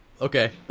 Okay